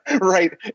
Right